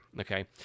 okay